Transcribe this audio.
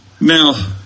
Now